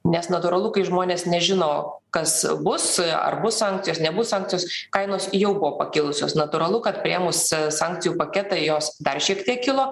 nes natūralu kai žmonės nežino kas bus ar bus sankcijos nebus sankcijos kainos jau buvo pakilusios natūralu kad priėmus sankcijų paketą jos dar šiek tiek kilo